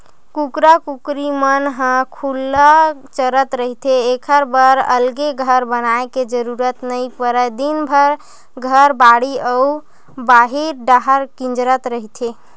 कुकरा कुकरी मन ह खुल्ला चरत रहिथे एखर बर अलगे घर बनाए के जरूरत नइ परय दिनभर घर, बाड़ी अउ बाहिर डाहर किंजरत रहिथे